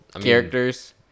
characters